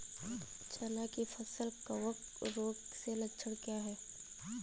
चना की फसल कवक रोग के लक्षण क्या है?